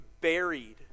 buried